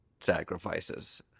sacrifices